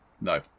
No